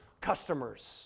customers